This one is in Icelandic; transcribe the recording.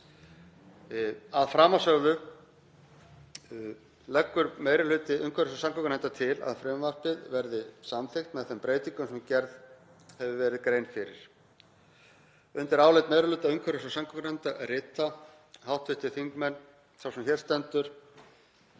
Að framansögðu leggur meiri hluti umhverfis- og samgöngunefndar til að frumvarpið verði samþykkt með þeim breytingum sem gerð hefur verið grein fyrir. Undir álit meiri hluta umhverfis- og samgöngunefndar rita hv. þingmenn, sá sem hér stendur,